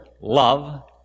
love